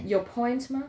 有 points 吗